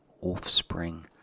offspring